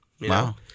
Wow